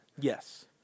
Yes